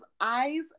eyes